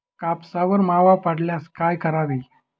कापसावर मावा पडल्यास काय करावे?